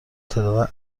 تعداد